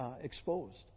exposed